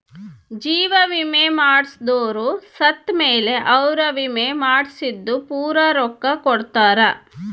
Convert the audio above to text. ಜೀವ ವಿಮೆ ಮಾಡ್ಸದೊರು ಸತ್ ಮೇಲೆ ಅವ್ರ ವಿಮೆ ಮಾಡ್ಸಿದ್ದು ಪೂರ ರೊಕ್ಕ ಕೊಡ್ತಾರ